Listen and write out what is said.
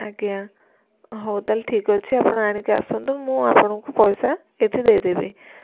ଆଜ୍ଞା ହଉ ତାହେଲେ ଠିକ୍ ଅଛି ଆପଣ ଆଣିକି ଆସନ୍ତୁ ମୁଁ ଆପଣଙ୍କୁ ପଇସା ଏଇଠି ଦେଇଦେବି